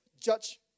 judge